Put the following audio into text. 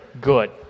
good